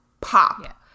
pop